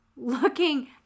Looking